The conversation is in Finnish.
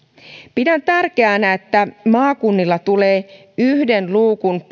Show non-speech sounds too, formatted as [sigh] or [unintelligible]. pidän tärkeänä että maakunnille tulee tämmöinen periaatteellinen yhden luukun [unintelligible]